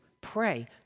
pray